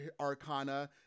arcana